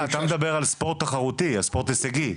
אתה מדבר על ספורט תחרותי, או ספורט הישגי?